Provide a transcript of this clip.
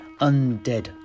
undead